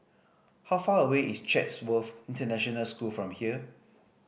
how far away is Chatsworth International School from here